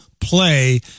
play